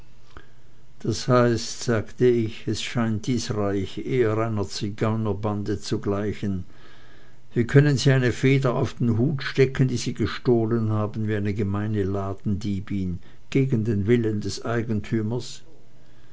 das heißt sagte ich es scheint dies reich eher einer zigeunerbande zu gleichen wie können sie eine feder auf den hut stecken die sie gestohlen haben wie eine gemeine ladendiebin gegen den willen des eigentümers